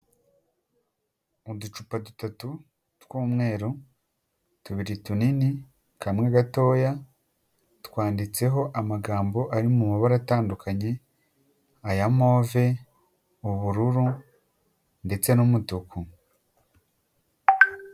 Uducupa dutatu tw'umweru tubiri tunini, kamwe gatoya, twanditseho amagambo ari mu mabara atandukanye, aya move, ubururu ndetse n'umutuku.